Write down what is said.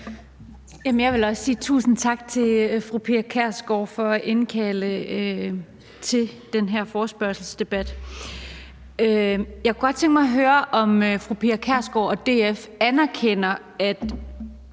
Jeg vil også sige tusind tak til fru Pia Kjærsgaard for at indkalde til den her forespørgselsdebat. Jeg kunne godt tænke mig at høre, om fru Pia Kjærsgaard og DF anerkender, at